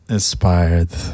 Inspired